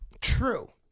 True